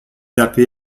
apl